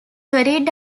carried